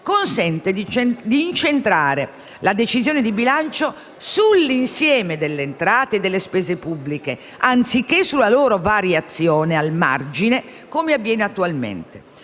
consente di incentrare la decisione di bilancio sull'insieme delle entrate e delle spese pubbliche, anziché sulla loro variazione al margine, come avviene attualmente.